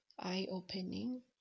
eye-opening